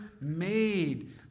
made